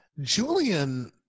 Julian